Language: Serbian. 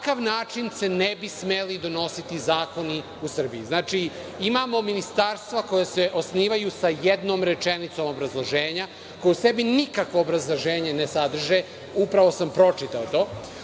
način se ne bi smeli donositi zakoni u Srbiji. Znači, imamo ministarstva koja se osnivaju sa jednom rečenicom obrazloženja, koja u sebi nikakvo obrazloženje ne sadrže. Upravo sam pročitao to.